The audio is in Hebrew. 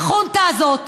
החונטה הזאת,